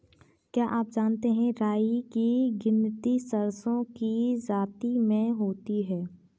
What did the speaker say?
क्या आप जानते है राई की गिनती सरसों की जाति में होती है?